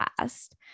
past